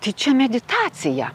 tai čia meditacija